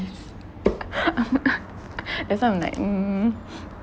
that's why I'm like mm